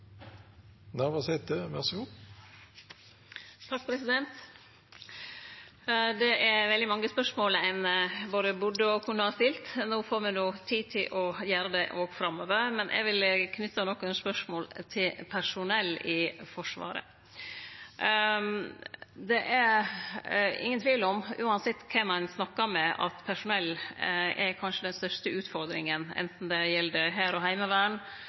veldig mange spørsmål ein både burde og kunne ha stilt. No får me tid til å gjere det framover, men eg vil knyte nokre spørsmål til personell i Forsvaret. Det er ingen tvil om, uansett kven ein snakkar med, at personell er kanskje den største utfordringa, anten det gjeld Hæren og